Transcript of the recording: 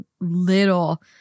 little